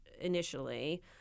initially